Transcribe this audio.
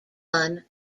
done